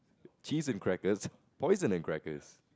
cheese and crackers poison and crackers